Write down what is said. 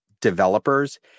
developers